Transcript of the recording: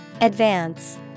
Advance